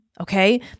Okay